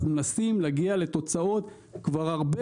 אנחנו מנסים להגיע לתוצאות כבר הרבה